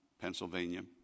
Pennsylvania